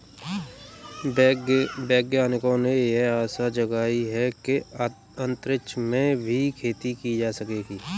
वैज्ञानिकों ने यह आशा जगाई है कि अंतरिक्ष में भी खेती की जा सकेगी